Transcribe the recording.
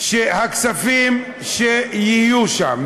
שהכספים שיהיו שם,